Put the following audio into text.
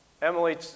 Emily